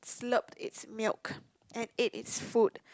slurp it's milk and ate it's food